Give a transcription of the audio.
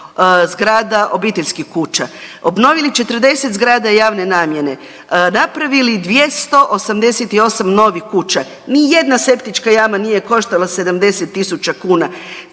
zgrada, obiteljskih kuća, obnovili 40 zgrada javne namjene, napravili 288 novih kuća, nijedna septička jama nije koštala 70 tisuća kuna.